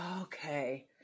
Okay